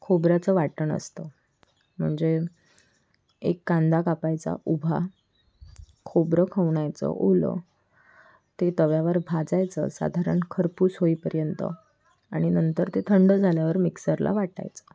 खोबऱ्याचं वाटण असतं म्हणजे एक कांदा कापायचा उभा खोबरं खवणायचं ओलं ते तव्यावर भाजायचं साधारण खरपूस होईपर्यंत आणि नंतर ते थंड झाल्यावर मिक्सरला वाटायचं